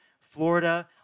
Florida